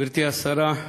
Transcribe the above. גברתי השרה,